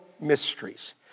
mysteries